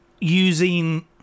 using